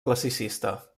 classicista